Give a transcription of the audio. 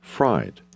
Fried